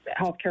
healthcare